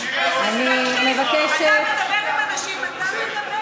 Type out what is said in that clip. ג'בארין, אני מחזיק ממך אדם ישר.